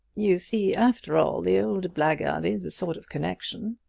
you see, after all, the old blackguard is a sort of connection.